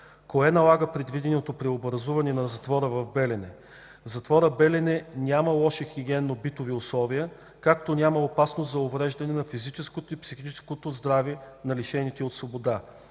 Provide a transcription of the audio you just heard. Кое налага предвиденото преобразуване на затвора в Белене? В затвора Белене няма лоши хигиенно-битови условия, както няма опасност за увреждане на физическото и психическото здраве на лишените от свобода,